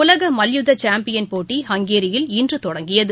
உலகமல்யுத்தசாம்பியன் போட்டி ஹங்கேரியில் இன்றுதொடங்கியது